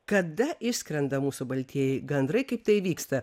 kada išskrenda mūsų baltieji gandrai kaip tai vyksta